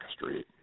Street